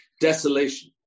desolation